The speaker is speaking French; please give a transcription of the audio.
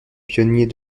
pionniers